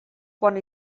quan